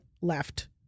left